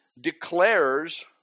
declares